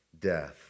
death